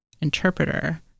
interpreter